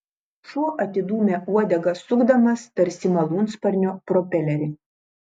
šuo atidūmė uodegą sukdamas tarsi malūnsparnio propelerį